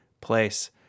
place